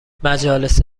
مجالس